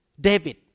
David